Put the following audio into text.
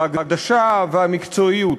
ההקדשה והמקצועיות.